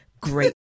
great